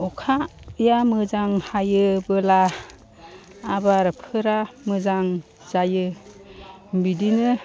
अखाया मोजां हायोब्ला आबादफोरा मोजां जायो बिदिनो